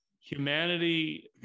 humanity